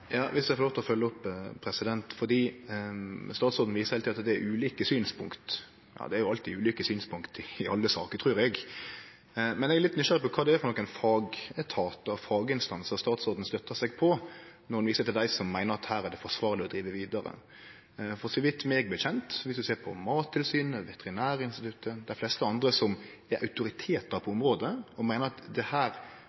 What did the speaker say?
å følgje opp: Statsråden viser heile tida til at det er ulike synspunkt – det er jo alltid ulike synspunkt i alle saker, trur eg – men eg er litt nysgjerrig på kva slag fagetatar, faginstansar, statsråden støttar seg på når ho viser til dei som meiner at her er det forsvarleg å drive vidare. For, så vidt eg veit, om ein høyrer på Mattilsynet, Veterinærinstituttet, dei fleste andre som er autoritetar på